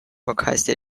requested